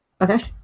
Okay